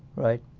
right.